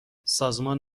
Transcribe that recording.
سازمان